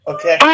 Okay